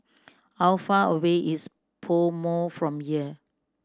how far away is PoMo from here